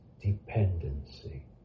dependency